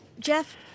Jeff